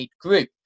Group